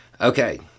Okay